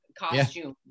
costume